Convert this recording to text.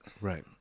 Right